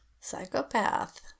psychopath